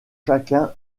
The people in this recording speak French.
chacun